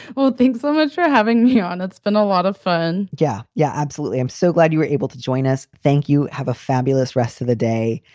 well, thanks so much for having me on. it's been a lot of fun yeah. yeah, absolutely. i'm so glad you were able to join us. thank you. have a fabulous rest of the day.